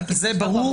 זה הגוף